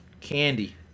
Candy